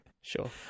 sure